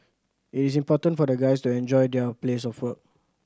it is important for the guys to enjoy their place of work